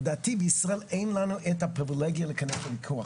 לדעתי בישראל אין לנו את הפריבילגיה להיכנס לוויכוח